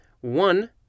One